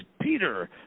Peter